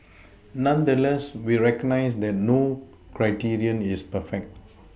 nonetheless we recognise that no criterion is perfect